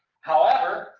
however,